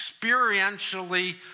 experientially